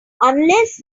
unless